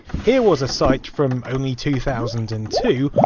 here was a site from only two thousand and two,